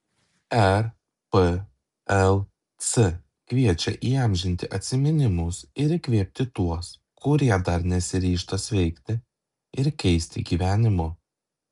rplc kviečia įamžinti atsiminimus ir įkvėpti tuos kurie dar nesiryžta sveikti ir keisti gyvenimo